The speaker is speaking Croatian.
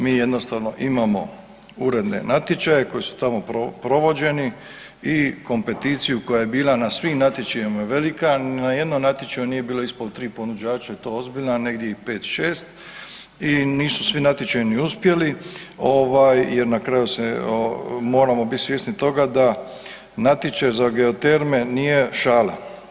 Mi jednostavno imamo uredne natječaje koji su tamo provođeni i kompeticiju koja je bila na svim natječajima velika i na nijednom natječaju nije bilo ispod tri ponuđača i to ozbiljna, a negdje i pet, šest i nisu svi natječajni ni uspjeli jer na kraju se moramo biti svjesni toga da natječaj za geoterme nije šala.